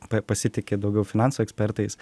pasitiki daugiau finansų ekspertais